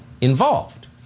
involved